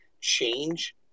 change